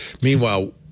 Meanwhile